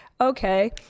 okay